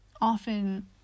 often